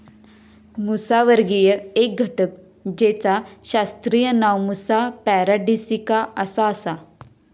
मुसावर्गीय एक घटक जेचा शास्त्रीय नाव मुसा पॅराडिसिका असा आसा